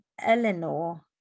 Eleanor